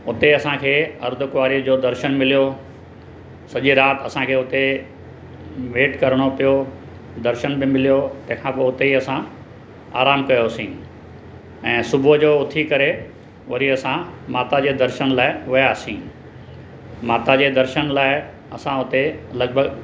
हुते असांखे अर्द्धकुवारीअ जो दर्शनु मिलियो सॼी राति असांखे हुते वेट करिणो पियो दर्शन बि मिलियो तंहिं खां पोइ हुते ई असां आरामु कयोसीं ऐं सुबुह जो उथी करे वरी असां माता जे दर्शन लाइ वियासीं माता जे दर्शन लाइ असां हुते लॻभॻि